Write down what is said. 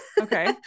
Okay